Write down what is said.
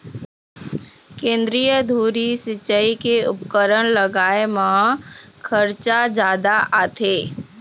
केंद्रीय धुरी सिंचई के उपकरन लगाए म खरचा जादा आथे